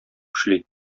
эшли